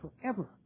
forever